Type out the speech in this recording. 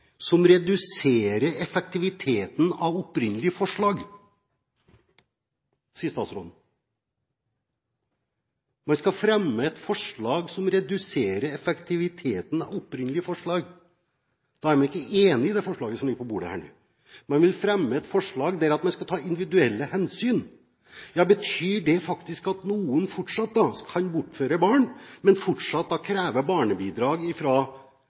som reduserer effektiviteten av opprinnelig forslag, sier statsråden. Man skal fremme et forslag som reduserer effektiviteten av opprinnelig forslag – da er man ikke enig i det forslaget som ligger på bordet her nå. Man vil fremme et forslag der man skal ta individuelle hensyn. Betyr det at noen kan bortføre barn og fortsatt kreve barnebidrag